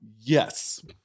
yes